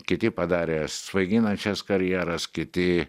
kiti padarė svaiginančias karjeras kiti